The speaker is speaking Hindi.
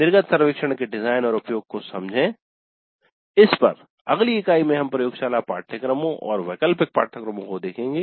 निर्गत सर्वेक्षण के डिजाइन और उपयोग को समझें इस पर अगली इकाई में हम प्रयोगशाला पाठ्यक्रमों और वैकल्पिक पाठ्यक्रमों को देखेंगे